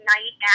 Night